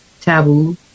taboo